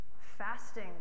fasting